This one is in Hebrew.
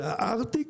זה הארטיק,